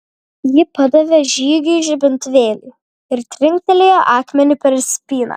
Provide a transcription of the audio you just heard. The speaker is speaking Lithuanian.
ji padavė žygiui žibintuvėlį ir trinktelėjo akmeniu per spyną